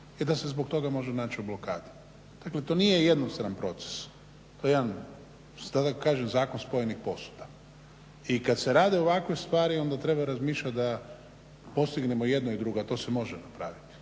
i da se zbog toga može naći u blokadi. Dakle to nije jednostran proces. To je jedan tako da kažem zakon spojenih posuda. I kada se rade ovakve stvari onda treba razmišljati da postignemo jedno i drugo, a to se može napraviti.